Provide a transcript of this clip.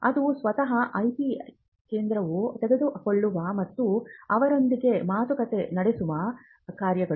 ಅದು ಸ್ವತಃ IP ಕೇಂದ್ರವು ತೆಗೆದುಕೊಳ್ಳುವ ಮತ್ತು ಅವರೊಂದಿಗೆ ಮಾತುಕತೆ ನಡೆಸುವ ಕಾರ್ಯಗಳು